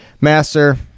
Master